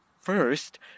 First